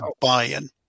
buy-in